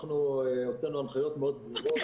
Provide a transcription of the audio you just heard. אנחנו הוצאנו הנחיות מאוד ברורות,